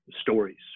stories